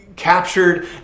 captured